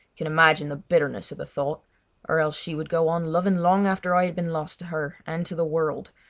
can imagine the bitterness of the thought or else she would go on loving long after i had been lost to her and to the world,